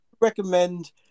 recommend